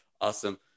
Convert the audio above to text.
Awesome